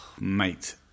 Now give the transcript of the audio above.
Mate